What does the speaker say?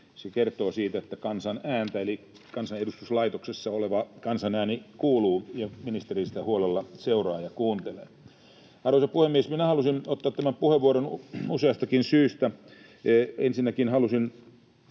Se kertoo siitä, että kansan ääni eli kansanedustuslaitoksessa oleva kansan ääni kuuluu ja ministeri sitä huolella seuraa ja kuuntelee. Arvoisa puhemies! Halusin ottaa tämän puheenvuoron useastakin syystä: Ensinnäkin halusin